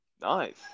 Nice